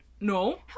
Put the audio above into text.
No